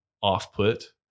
off-put